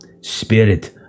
spirit